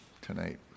tonight